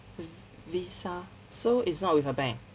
v~ Visa so it's not with a bank